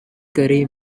curry